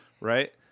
right